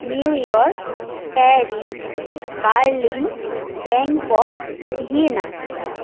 New York Paris Berlin Bangkok Vienna